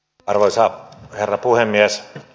arvoisa herra puhemies